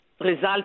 result